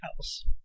house